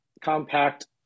compact